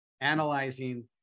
analyzing